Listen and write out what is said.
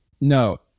No